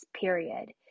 period